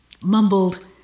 mumbled